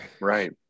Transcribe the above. right